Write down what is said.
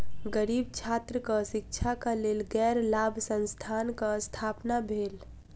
गरीब छात्रक शिक्षाक लेल गैर लाभ संस्थानक स्थापना भेल